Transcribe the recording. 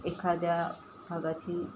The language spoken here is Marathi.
एखाद्या भागाची